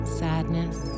sadness